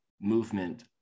movement